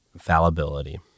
fallibility